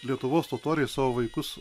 lietuvos totoriai savo vaikus